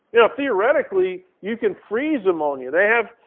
yeah theoretically, you can freeze ammonia. they have,